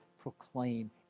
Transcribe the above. proclaim